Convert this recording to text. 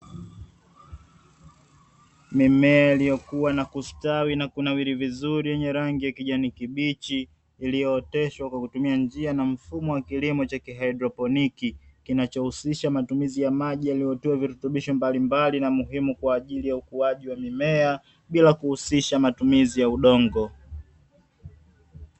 Mimea iliyokua na kustawi na kunawiri vizuri yenye rangi ya kijani kibichi iliyooteshwa kwa kutumia njia na mfumo wa kilimo cha haidroponi, kinachohusisha matumizi ya maji yaliyotiwa virutubisho mbalimbali na muhimu kwa ajili ya ukuaji wa mimea bila kuhusisha matumizi ya udongo.